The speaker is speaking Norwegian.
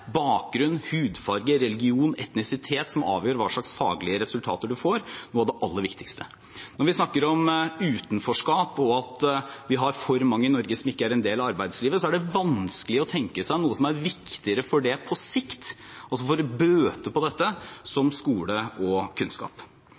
bakgrunn, hudfarge, religion eller etnisitet som avgjør hva slags faglige resultater man får, noe av det aller viktigste. Når vi snakker om utenforskap og at vi har for mange i Norge som ikke er en del av arbeidslivet, er det vanskelig å tenke seg noe som er viktigere for å bøte på dette